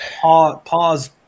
Pause